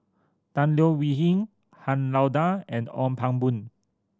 Tan Leo Wee Hin Han Lao Da and Ong Pang Boon